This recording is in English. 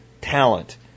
talent